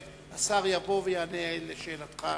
והשר יבוא ויענה לשאלתך